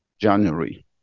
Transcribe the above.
January